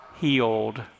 healed